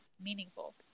meaningful